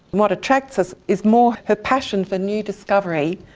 what attracts us is more her passion for new discovery,